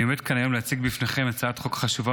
אני עומד כאן היום להציג בפניכם את הצעת חוק חשובה